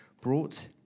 brought